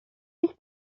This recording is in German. ich